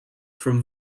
from